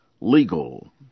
legal